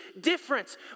difference